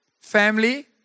family